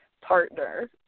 partner